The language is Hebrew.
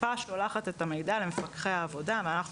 הקופה שולחת את המידע למפקחי העבודה ואנחנו